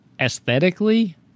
aesthetically